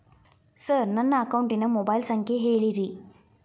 sir ನನ್ನ ಅಕೌಂಟಿನ mobile ಸಂಖ್ಯೆ ಹೇಳಿರಿ